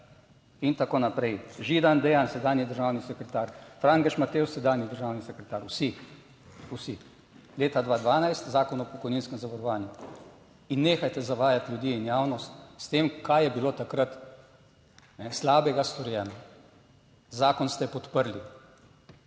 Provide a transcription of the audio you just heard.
In tako naprej. Židan Dejan, sedanji državni sekretar. Frangež Matevž, sedanji državni sekretar. Vsi leta 2012, Zakon o pokojninskem zavarovanju. Nehajte zavajati ljudi in javnost s tem kaj je bilo takrat slabega storjeno. Zakon ste podprli.